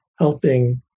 helping